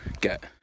get